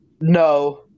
no